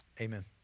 Amen